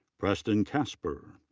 preston casper.